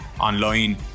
online